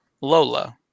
lola